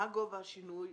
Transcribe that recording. מה גובה השינוי,